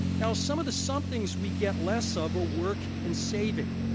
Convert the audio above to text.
now, some of the somethings we get less of are work and saving.